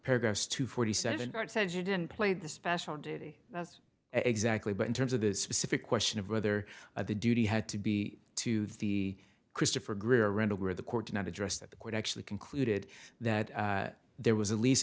paragraphs two forty seven said you didn't play the special duty exactly but in terms of the specific question of whether the duty had to be to the christopher greer rental where the court did not address that the court actually concluded that there was a lease